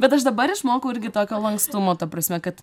bet aš dabar išmokau irgi tokio lankstumo ta prasme kad